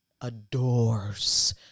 adores